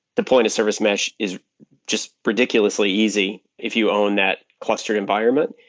deploying a service mesh is just ridiculously easy if you own that clustered environment.